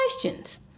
questions